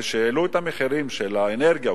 כשהעלינו את המחירים של האנרגיה,